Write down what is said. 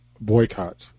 boycotts